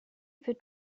wird